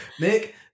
Nick